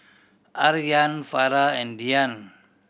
Aryan Farah and Dian